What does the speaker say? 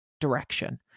direction